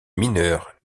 mineurs